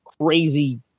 crazy